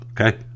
Okay